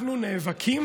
אנחנו נאבקים